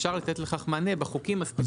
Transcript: אפשר לתת לכך מענה בחוקים הספציפיים.